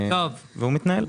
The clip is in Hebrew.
הוא מתנהל.